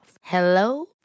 Hello